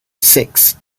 six